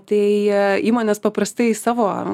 tai įmonės paprastai savo